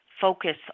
focus